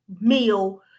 meal